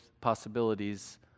possibilities